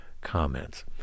comments